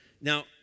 now